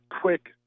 quick